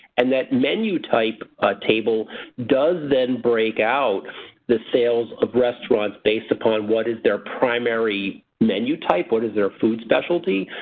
and that menu type table does then break out the sales of restaurants based upon what is their primary menu type, what is their food specialty.